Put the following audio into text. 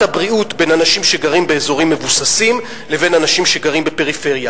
הבריאות בין אנשים שגרים באזורים מבוססים לבין אנשים שגרים בפריפריה.